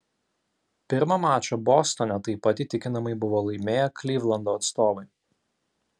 pirmą mačą bostone taip pat įtikinamai buvo laimėję klivlando atstovai